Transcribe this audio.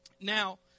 Now